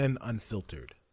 Unfiltered